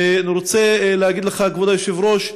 ואני רוצה להגיד לך, כבוד היושב-ראש,